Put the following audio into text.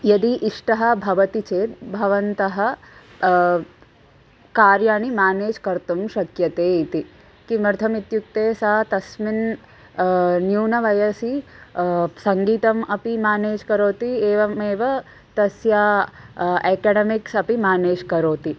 यदि इष्टः भवति चेत् भवन्तः कार्याणि मेनेज् कर्तुं शक्यते इति किमर्थम् इत्युक्ते सा तस्मिन् न्यूनवयसि सङ्गीतम् अपि मानेज् करोति एवमेव तस्य अकडेमिक्स् अपि मानेज् करोति